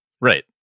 Right